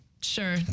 Sure